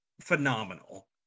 phenomenal